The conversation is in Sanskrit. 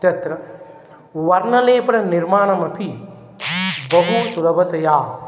तत्र वर्णलेपणनिर्माणमपि बहु सुलभतया